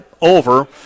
over